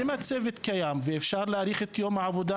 אם הצוות קיים ואפשר להאריך את יום העבודה